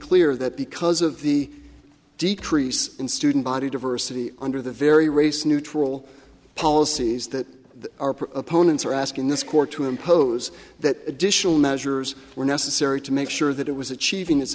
clear that because of the decrease in student body diversity under the very race neutral policies that are proponents are asking this court to impose that additional measures were necessary to make sure that it was achieving it